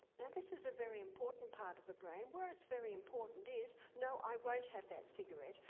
now, this is a very important part of the brain where it's very important is, no, i won't have that cigarette.